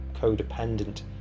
codependent